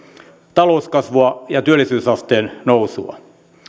talouskasvua ja työllisyysasteen nousua